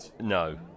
No